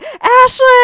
Ashley